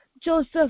Joseph